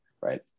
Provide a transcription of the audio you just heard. right